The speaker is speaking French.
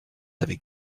avec